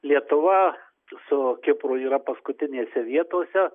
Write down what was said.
lietuva su kipru yra paskutinėse vietose